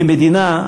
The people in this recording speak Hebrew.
כמדינה,